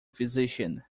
physician